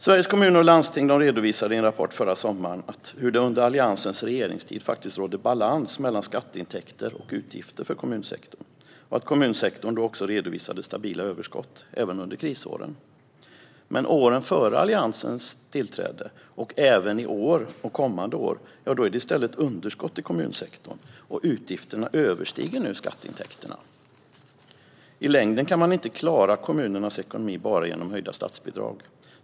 Sveriges Kommuner och Landsting redovisade i en rapport förra sommaren att det under Alliansens regeringstid faktiskt rådde balans mellan skatteintäkter och utgifter för kommunsektorn och att kommunsektorn då också redovisade stabila överskott, även under krisåren. Men åren före Alliansens tillträde var det i stället underskott i kommunsektorn. Så är det även i år och kommande år. Utgifterna överstiger nu skatteintäkterna. I längden kan man inte klara kommunernas ekonomi bara genom höjda statsbidrag.